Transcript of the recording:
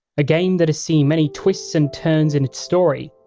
a game that has seen many twists and turns in its story.